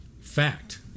fact